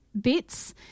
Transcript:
bits